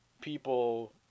people